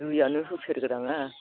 दैयानो होफेर ग्राङा